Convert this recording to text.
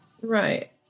Right